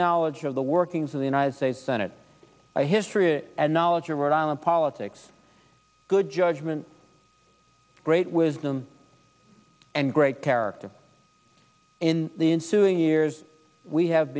knowledge of the workings of the united states senate history and knowledge of rhode island politics good judgment great wisdom and great character in the ensuing years we have